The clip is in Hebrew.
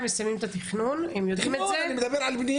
הוא מסוכן, הוא בכל זאת נדון על שוד.